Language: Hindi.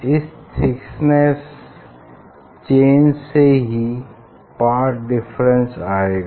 इस थिकनेस चेंज से ही पाथ डिफरेंस आएगा